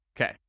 Okay